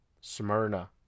smyrna